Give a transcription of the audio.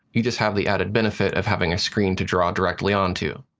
you just have the added benefit of having a screen to draw directly onto.